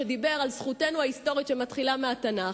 שדיבר על זכותנו ההיסטורית שמתחילה מהתנ"ך.